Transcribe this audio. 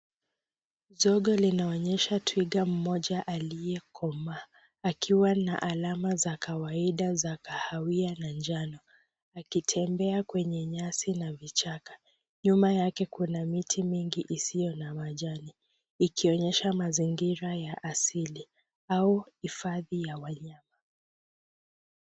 Zogo linaonyesha twiga mmoja aliyekomaa akiwa na alama za kawaida za alama za njano akitembea kwenye nyasi na vichaka. Nyuma yake kuna miti mingi isiyo na majani ikionyesha mazingira ya asili au hifadhi ya wanyama.